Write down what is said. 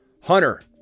Hunter